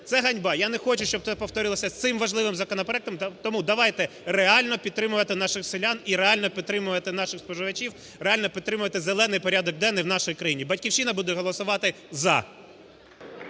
Це ганьба. Я не хочу, щоб це повторилося з цим важливим законопроектом, тому давайте реально підтримувати наших селян і реально підтримувати наших споживачів, реально підтримувати "зелений" порядок денний в нашій країні. "Батьківщина" буде голосувати "за".